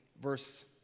verse